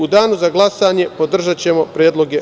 U danu za glasanje podržaćemo predloge.